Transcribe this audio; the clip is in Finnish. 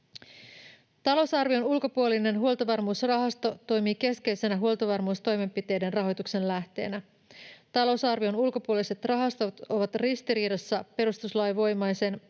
Talousarvion ulkopuolinen Huoltovarmuusrahasto toimii keskeisenä huoltovarmuustoimenpiteiden rahoituksen lähteenä. Talousarvion ulkopuoliset rahastot ovat ristiriidassa perustuslainvoimaisen